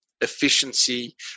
efficiency